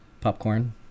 Popcorn